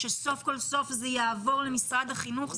שסוף כל סוף זה יעבור למשרד החינוך.